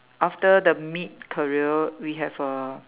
after the meat career we have uh